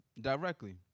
directly